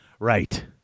Right